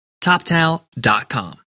TopTal.com